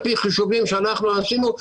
על פי חישובים שאנחנו עשינו,